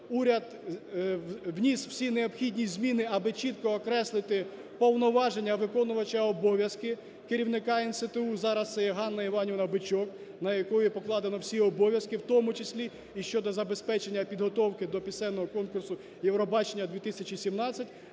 уряд вніс всі необхідні зміни аби чітко окреслити повноваження виконувача обов'язки керівника НСТУ. Зараз це є Ганна Іванівна Бичок, на яку і покладено всі обов'язки, в тому числі і щодо забезпечення підготовки до пісенного конкурсу Євробачення-2017.